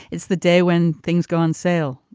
it's the day when things go on sale.